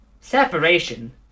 separation